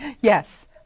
Yes